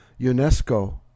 UNESCO